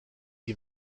die